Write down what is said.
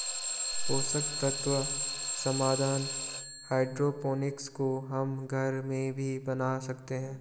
पोषक तत्व समाधान हाइड्रोपोनिक्स को हम घर में भी बना सकते हैं